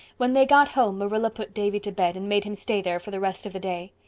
when they got home marilla put davy to bed and made him stay there for the rest of the day.